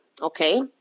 okay